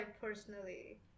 personally